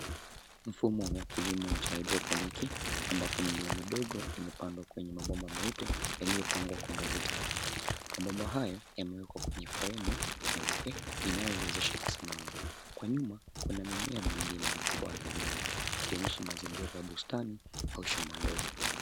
Mfumo wa kilimo wa kihidroponiki ambapo mimea midogo imepandwa kwenye mabomba meupe yaliyopangwa kwa ngazi tatu. Mabomba hayo yamewekwa kwenye fremu nyeupe unayowezesha kusimama. Kwa nyuma kuna mimea mingine mikubwa zaidi ikionyesha mazingira ya bustani au shamba ndogo.